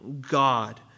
God